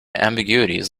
ambiguities